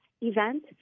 event